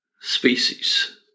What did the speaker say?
species